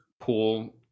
pool